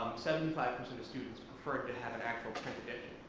seventy-five percent of students preferred to have an actual print